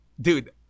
dude